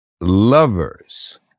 Lovers